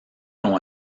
ont